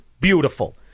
beautiful